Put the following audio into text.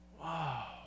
Wow